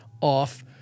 off